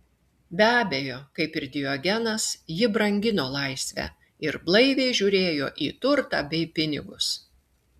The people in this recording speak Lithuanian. be abejo kaip ir diogenas ji brangino laisvę ir blaiviai žiūrėjo į turtą bei pinigus